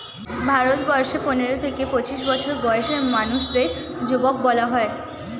ভারতবর্ষে পনেরো থেকে পঁচিশ বছর বয়সী মানুষদের যুবক বলা হয়